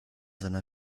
seiner